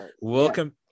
welcome